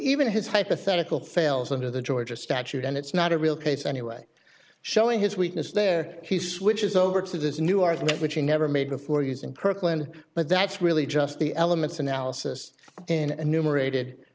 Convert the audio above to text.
even his hypothetical fails under the georgia statute and it's not a real case anyway showing his weakness there he switches over to this new argument which he never made before using kirkland but that's really just the elements analysis in a numerated